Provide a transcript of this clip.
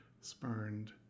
spurned